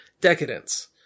Decadence